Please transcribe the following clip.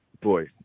Boy